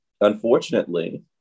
unfortunately